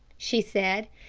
she said.